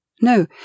No